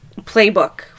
Playbook